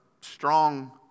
strong